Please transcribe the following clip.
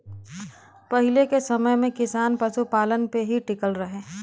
पहिले के समय में किसान पशुपालन पे ही टिकल रहे